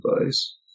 advice